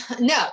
no